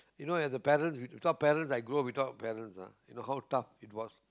you know as a parents we some parents I grow up without parents ah you know how tough it was